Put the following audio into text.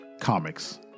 comics